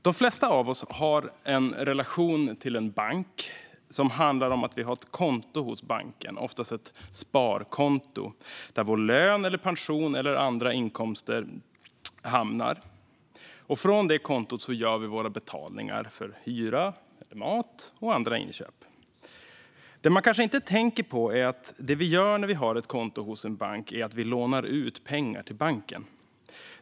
De flesta av oss har en relation till en bank som handlar om att vi har ett konto hos banken, oftast ett sparkonto, där vår lön, pension eller andra inkomster hamnar. Från det kontot gör vi våra betalningar för hyra, mat och andra inköp. Det man kanske inte tänker på är att det vi gör när vi har ett konto hos en bank är att vi lånar ut pengar till banken.